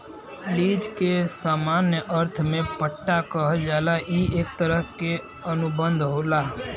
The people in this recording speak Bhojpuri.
लीज के सामान्य अर्थ में पट्टा कहल जाला ई एक तरह क अनुबंध होला